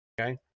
Okay